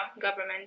government